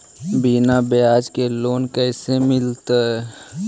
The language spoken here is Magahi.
बिना ब्याज के लोन कैसे मिलतै?